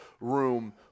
room